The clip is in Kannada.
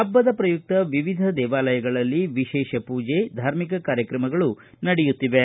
ಹಬ್ಬದ ಪ್ರಯುಕ್ತ ವಿವಿಧ ದೇವಾಲಯಗಳಲ್ಲಿ ವಿಶೇಷ ಪೂಜೆ ಧಾರ್ಮಿಕ ಕಾರ್ಯಕ್ರಮಗಳು ನಡೆಯತ್ತಿವೆ